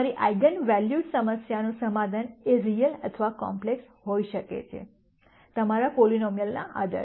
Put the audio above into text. તમારી eigenvalues સમસ્યાનું સમાધાન એ રીયલ અથવા કોમ્પ્લેક્સ હોઈ શકે છે તમારા પોલીનોમીઅલના આધારે